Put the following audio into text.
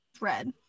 red